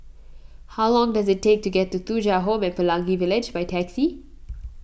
how long does it take to get to Thuja Home at Pelangi Village by taxi